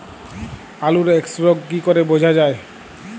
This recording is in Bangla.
আলুর এক্সরোগ কি করে বোঝা যায়?